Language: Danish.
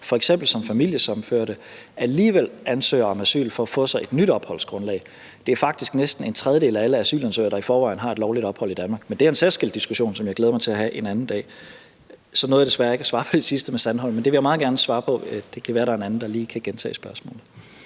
f.eks. som familiesammenførte, alligevel ansøger om asyl for at få sig et nyt opholdsgrundlag. Det er faktisk næsten en tredjedel af alle asylansøgere, der i forvejen har et lovligt ophold i Danmark, men det er en særskilt diskussion, som jeg glæder mig til at have en anden dag. Så nåede jeg desværre ikke at svare på det sidste med Center Sandholm, men det vil jeg meget gerne svare på, så det kan være, der er en anden, der lige kan gentage spørgsmålet.